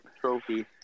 trophy